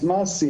אז מה עשינו?